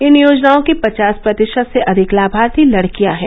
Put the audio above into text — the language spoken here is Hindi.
इन योजनाओं की पचास प्रतिशत से अधिक लाभार्थी लड़किया हैं